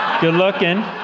good-looking